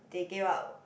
they give out